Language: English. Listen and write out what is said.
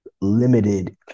limited